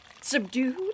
Subdued